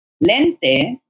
lente